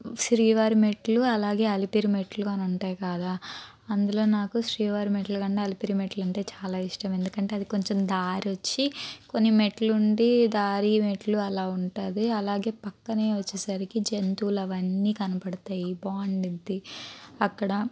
శ్రీవారిమెట్లు అలాగే అలిపిరిమెట్లు కానీ ఉంటాయి కదా అందులో నాకు శ్రీవారిమెట్లు కన్న అలిపిరిమెట్లు అంటే చాలా ఇష్టం ఎందుకంటే అది కొంచం దారి వచ్చి కొన్ని మెట్లు ఉండి దారి మెట్లు అలా ఉంటుంది అలాగే పక్కనే వచ్చేసరికి జంతువులు అవన్నీ కనపడుతాయి బావుండిద్ది అక్కడ